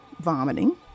vomiting